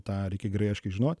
tą reikia gerai aiškiai žinot